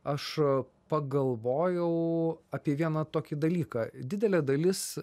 aš pagalvojau apie vieną tokį dalyką didelė dalis